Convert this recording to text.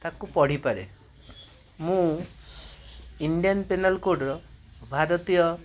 ତାକୁ ପଢ଼ିପାରେ ମୁଁ ଇଣ୍ଡିଆନ୍ ପେନାଲ୍ କୋଡ଼୍ର ଭାରତୀୟ